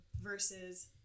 Versus